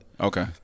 Okay